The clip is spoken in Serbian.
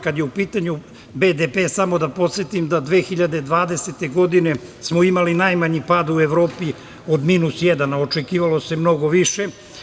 Kada je u pitanju BDP samo da podsetim da 2020. godine smo imali najmanji pad u Evropi od minus jedan, a očekivalo se mnogo više.